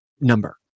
number